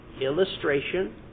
illustration